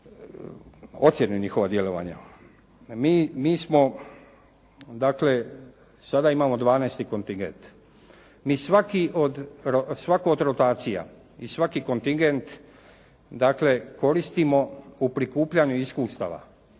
ocjenu njihova djelovanja. Mi smo, dakle sada imamo dvanaesti kontingent. Mi svaku od rotacija i svaki kontingent, dakle koristimo u prikupljanju iskustava